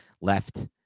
left